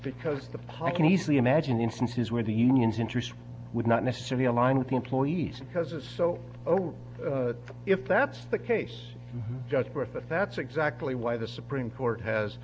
because the pa can easily imagine instances where the union's interests would not necessarily align with the employees because it's so overt if that's the case just birth but that's exactly why the supreme court has